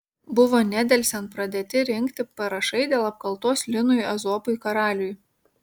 buvo nedelsiant pradėti rinkti parašai dėl apkaltos linui ezopui karaliui